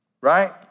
Right